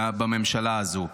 בממשלה הזו.